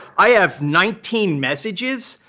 i have nineteen messages,